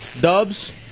Dubs